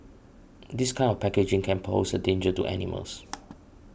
this kind of packaging can pose a danger to animals